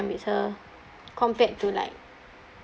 with her compared to like